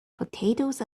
potatoes